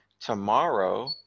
Tomorrow